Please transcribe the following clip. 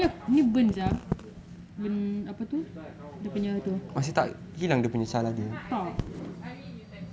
ini burn sia burn apa tu dia punya tu tak